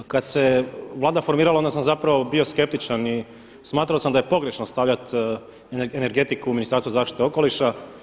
Kada se Vlada formirala onda sam zapravo bio skeptičan i smatrao sam da je pogrešno stavljati energetiku u Ministarstvo zaštite okoliša.